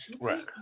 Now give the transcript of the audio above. Right